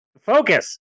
Focus